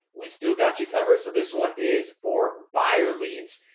we still got you covered. so this one is for buyer leads.